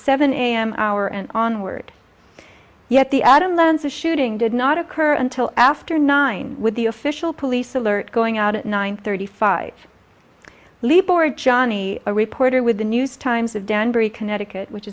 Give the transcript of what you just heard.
seven a m hour and onwards yet the adam lanza shooting did not occur until after nine with the official police alert going out at nine thirty five libra johnny a reporter with the news times of danbury connecticut which